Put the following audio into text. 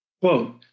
Quote